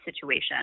situation